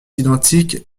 identique